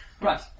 Right